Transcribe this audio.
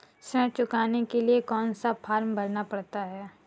ऋण चुकाने के लिए कौन सा फॉर्म भरना पड़ता है?